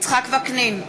יצחק וקנין,